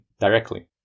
directly